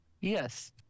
Yes